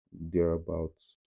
thereabouts